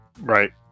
Right